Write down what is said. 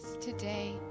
today